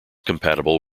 compatible